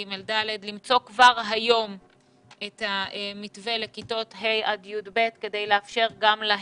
ג' ו-ד'; למצוא כבר היום את המתווה לכיתות ה' י"ב כדי לאפשר גם להן,